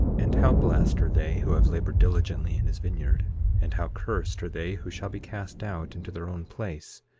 and how blessed are they who have labored diligently in his vineyard and how cursed are they who shall be cast out into their own place!